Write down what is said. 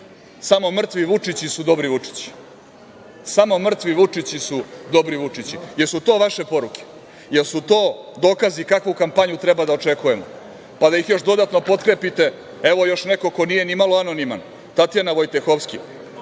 Samo mrtvi Vučići su dobri Vučići. Jesu li to vaše poruke? Jesu li to dokazi kakvu kampanju treba da očekujemo, pa da ih još dodatno potkrepite, evo još neko ko nije ni malo anoniman Tatjana Vojtehovski,